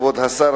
כבוד השר,